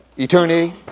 Eternity